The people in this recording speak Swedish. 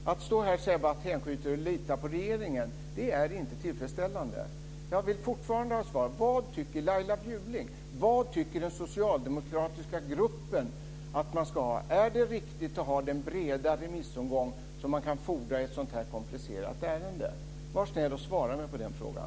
Att bara stå här och säga att hon hänskjuter till och litar på regeringen är inte tillfredsställande. Jag vill fortfarande ha svar på frågan: Vad tycker Laila Bjurling? Vad tycker den socialdemokratiska gruppen att man ska ha? Är det riktigt att ha den breda remissomgång som man kan fordra i ett så här komplicerat ärende? Var snäll och svara mig på den frågan!